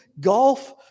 golf